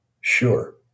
sure